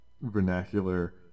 vernacular